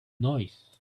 noise